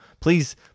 please